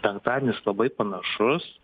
penktadienis labai panašus